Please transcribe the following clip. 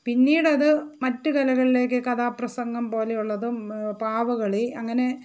പിന്നീട് അത് മറ്റു കലകളിലേക്ക് കഥാപ്രസംഗം പോലെയുള്ളതും പാവകളി അങ്ങനെ